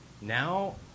now